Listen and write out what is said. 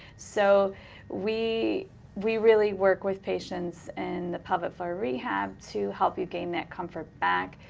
so we we really work with patients in the pelvic floor rehab to help you gain that comfort back,